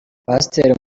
pasteur